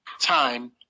time